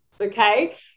okay